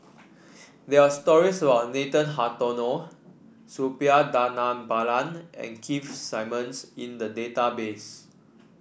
there are stories about Nathan Hartono Suppiah Dhanabalan and Keith Simmons in the database